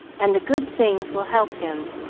and the good things will help him,